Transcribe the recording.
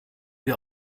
wir